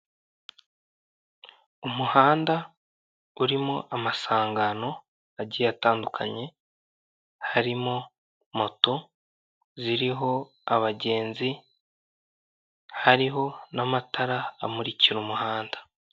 Umuhanda urimo amasangano agiye atandukanye, harimo moto ziriho abagenzi, hariho n'amatara amurikira umuhanda.